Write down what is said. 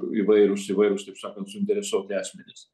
įvairūs įvairūs taip sakant suinteresuoti asmenys